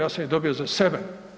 Ja sam ih dobio za sebe.